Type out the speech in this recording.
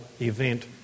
event